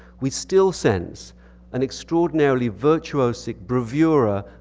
we still sense an extraordinarily virtuosic bravura,